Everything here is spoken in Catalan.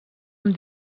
amb